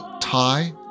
Thai